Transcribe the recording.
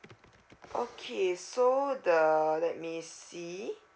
okay so the let me see